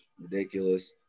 ridiculous